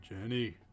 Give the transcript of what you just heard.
jenny